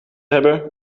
hebben